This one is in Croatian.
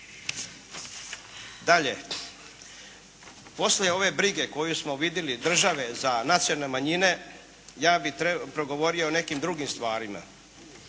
Dalje, poslije ove brige koju smo vidjeli države za nacionalne manjine ja bih progovorio o nekim drugim stvarima.